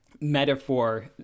metaphor